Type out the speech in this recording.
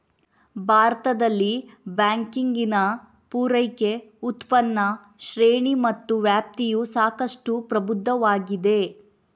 ಭಾರತದಲ್ಲಿ ಬ್ಯಾಂಕಿಂಗಿನ ಪೂರೈಕೆ, ಉತ್ಪನ್ನ ಶ್ರೇಣಿ ಮತ್ತು ವ್ಯಾಪ್ತಿಯು ಸಾಕಷ್ಟು ಪ್ರಬುದ್ಧವಾಗಿದೆ